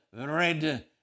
red